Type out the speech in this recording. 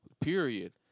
period